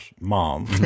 mom